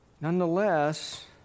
Nonetheless